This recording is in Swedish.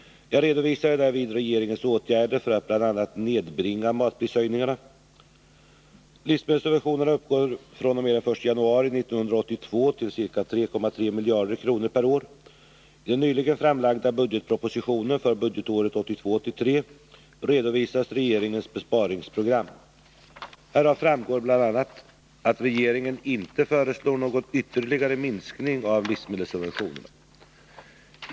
Jag redovisade därvid regeringens åtgärder för att bl.a. nedbringa matprishöjningarna. Livsmedelssubventionerna uppgår fr.o.m. den 1 januari 1982 till ca 3,3 miljarder kronor per år. I den nyligen framlagda budgetpropositionen för budgetåret 1982/83 redovisas regeringens besparingsprogram. Härav framgår bl.a. att regeringen inte föreslår någon ytterligare minskning av livsmedelssubventionerna.